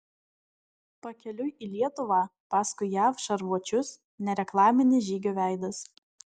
pakeliui į lietuvą paskui jav šarvuočius nereklaminis žygio veidas